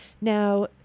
Now